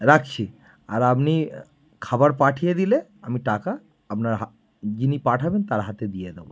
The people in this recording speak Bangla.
রাখছি আর আপনি খাবার পাঠিয়ে দিলে আমি টাকা আপনার হা যিনি পাঠাবেন তার হাতে দিয়ে দেব